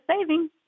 saving